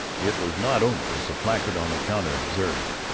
it was not only, as the placard on the counter observed,